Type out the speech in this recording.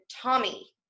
Tommy